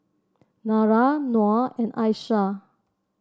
Dara Noh and Aisyah